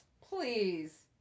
please